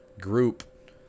group